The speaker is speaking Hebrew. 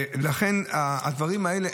לכן הדברים האלה,